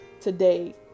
today